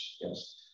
Yes